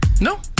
No